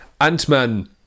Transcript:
Ant-Man